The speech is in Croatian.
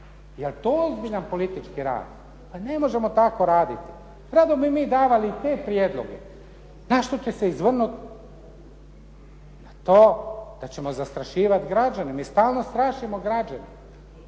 Jeli to ozbiljan politički rad? Pa ne možemo tako raditi. Rado bi mi davali te prijedloge, na što će se izvrnuti. Pa to da ćemo zastrašivati građane. Mi stalno strašimo građane.